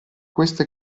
questo